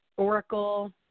Oracle